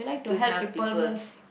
to help people